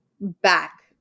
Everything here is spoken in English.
back